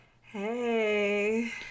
Hey